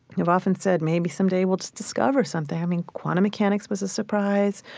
i've often said maybe someday we'll just discover something. i mean, quantum mechanics was a surprise.